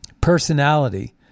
personality